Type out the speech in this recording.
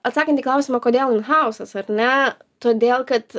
atsakant į klausimą kodėl in hausas ar ne todėl kad